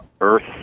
earth